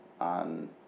on